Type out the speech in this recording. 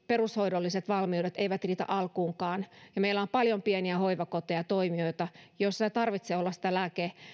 perushoidolliset valmiudet eivät riitä alkuunkaan ja meillä on paljon pieniä hoivakoteja ja toimijoita joissa ei tarvitse olla sitä